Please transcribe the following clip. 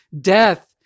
death